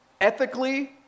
ethically